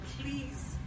Please